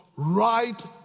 Right